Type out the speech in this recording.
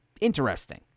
interesting